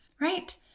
right